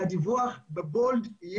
שהדיווח יהיה בבולד,